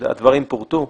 הדברים פורטו.